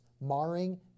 marring